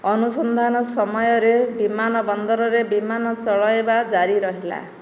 ଅନୁସନ୍ଧାନ ସମୟରେ ବିମାନବନ୍ଦରରେ ବିମାନ ଚଳାଇବା ଜାରି ରହିଲା